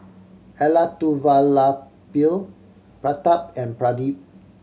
Elattuvalapil Pratap and Pradip